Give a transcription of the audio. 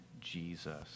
Jesus